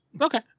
Okay